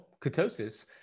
ketosis